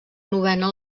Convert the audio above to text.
novena